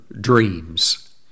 dreams